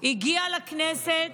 הגיעה לכנסת